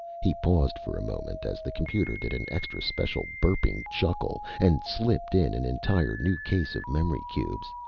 he paused for a moment as the computer did an extra-special burping chuckle, and slipped in an entire new case of memory cubes.